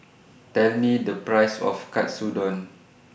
Tell Me The Price of Katsudon